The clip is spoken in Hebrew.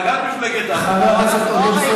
חבר הכנסת עודד פורר,